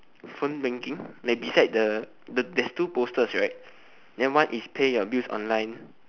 phone blinking then beside the the there's two posters right then one is pay your bills online